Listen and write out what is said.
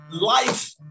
life